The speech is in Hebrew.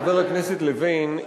חבר הכנסת לוין,